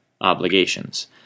obligations